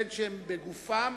בין שהם בגופם